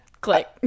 click